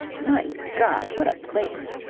my god! what a place!